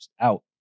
out